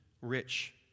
rich